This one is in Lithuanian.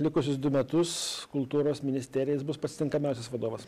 likusius du metus kultūros ministerijai jis bus pats tinkamiausias vadovas